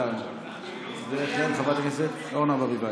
אורנה ברביבאי.